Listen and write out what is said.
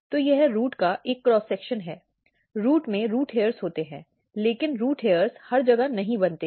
तो यह रूट का एक क्रॉस सेक्शन है रुट में रुट हेयर होते हैं लेकिन रुट हेयर हर जगह नहीं बनते हैं